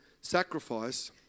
sacrifice